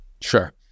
Sure